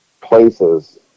places